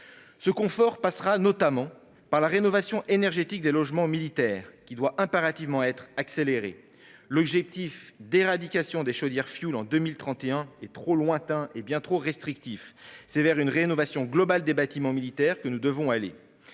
Ce confort passera notamment par la rénovation énergétique des logements militaires, qui doit impérativement être accélérée. L'objectif d'éradication des chaudières au fioul en 2031 est trop lointain et trop restrictif. C'est vers une rénovation globale des bâtiments militaires que nous devons aller.